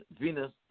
Venus